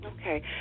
Okay